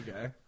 Okay